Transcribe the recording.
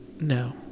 No